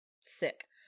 sick